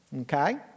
okay